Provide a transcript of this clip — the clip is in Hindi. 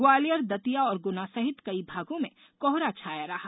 ग्वालियर दतिया और गुना सहित कई भागों में कोहरा छाया रहा